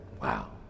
Wow